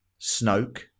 Snoke